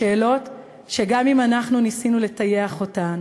שאלות שגם אם אנחנו ניסינו לטייח אותן